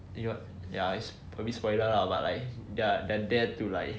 you know what it's probably spoiler lah but like they are there to like